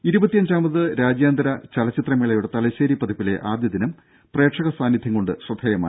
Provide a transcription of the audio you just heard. ദേഴ ഇരുപത്തിയഞ്ചാമത് രാജ്യാന്തര ചലച്ചിത്രമേളയുടെ തലശ്ശേരി പതിപ്പിലെ ആദ്യ ദിനം പ്രേക്ഷക സാന്നിധ്യം കൊണ്ട് ശ്രദ്ധേയമായി